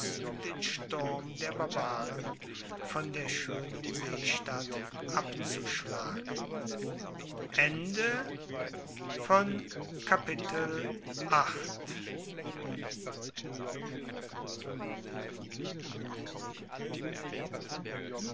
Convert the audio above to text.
den sturm der barbaren von der schoenen seestadt abzuschlagen